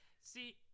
See